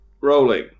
Rolling